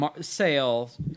sales